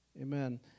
Amen